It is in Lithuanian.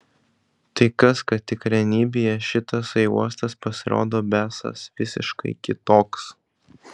tai kas kad tikrenybėje šitasai uostas pasirodo besąs visiškai kitoks